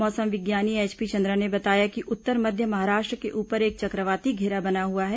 मौसम विज्ञानी एचपी चंद्रा ने बताया कि उत्तर मध्य महाराष्ट्र के ऊपर एक चक्रवाती घेरा बना हुआ है